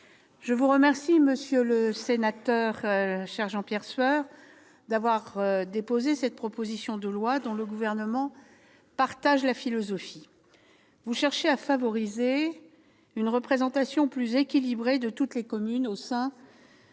je vous remercie, cher Jean-Pierre Sueur, d'avoir déposé cette proposition de loi, dont le Gouvernement partage la philosophie. Vous cherchez à favoriser une représentation plus équilibrée de toutes les communes au sein